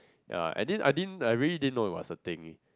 ya I didn't I didn't I really didn't know it was a thingy